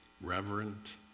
reverent